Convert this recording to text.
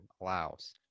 allows